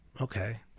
Okay